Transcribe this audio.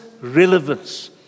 relevance